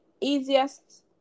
easiest